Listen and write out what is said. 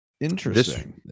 Interesting